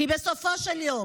כי בסופו של יום,